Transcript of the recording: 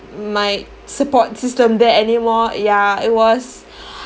my support system there anymore ya it was